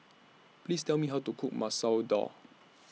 Please Tell Me How to Cook Masoor Dal